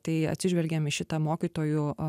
tai atsižvelgiam į šitą mokytojų